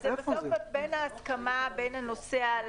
זה בסוף בהסכמה עם הנוסע.